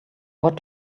what